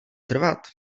trvat